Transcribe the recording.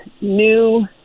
new